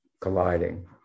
colliding